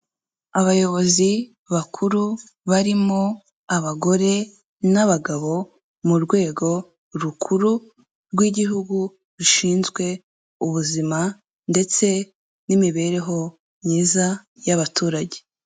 Abayobozi bakuru barimo, abagore n'abagabo mu rwego rukuru rw'igihugu rushinzwe ubuzima, ndetse n' imibereho myiza y'abaturage.